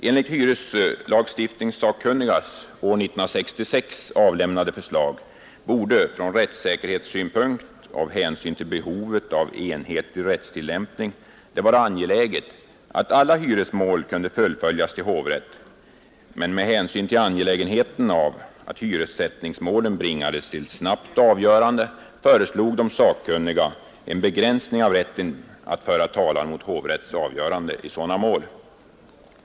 Enligt hyreslagstiftningssakkunnigas år 1966 avlämnade förslag borde från rättssäkerhetssynpunkt och av hänsyn till behovet av enhetlig rättstillämpning det vara angeläget att alla hyresmål kunde fullföljas till hovrätt, men med hänsyn till angelägenheten av att hyressättningsmålen bringades till snabbt avgörande föreslog de sakkunniga en begränsning av rätten att föra talan mot hovrättens avgörande i sådana mål.